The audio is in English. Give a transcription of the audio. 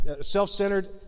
self-centered